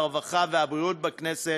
הרווחה והבריאות בכנסת,